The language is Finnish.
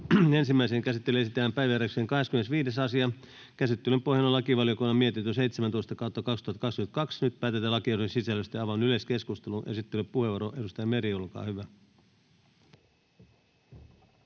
Ensimmäiseen käsittelyyn esitellään päiväjärjestyksen 25. asia. Käsittelyn pohjana on lakivaliokunnan mietintö LaVM 17/2022 vp. Nyt päätetään lakiehdotusten sisällöstä. — Avaan yleiskeskustelun. Esittelypuheenvuoro, edustaja Meri, olkaa hyvä.